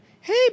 Hey